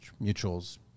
mutuals